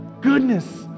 Goodness